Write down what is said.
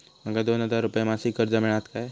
माका दोन हजार रुपये मासिक कर्ज मिळात काय?